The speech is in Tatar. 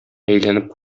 әйләнеп